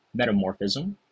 metamorphism